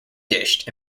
dished